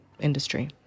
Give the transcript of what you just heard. industry